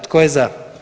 Tko je za?